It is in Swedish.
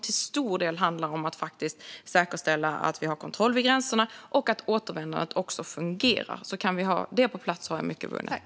Till stor del handlar det om att säkerställa att vi har kontroll vid gränserna och att återvändandet fungerar. Kan vi ha det på plats är mycket vunnet.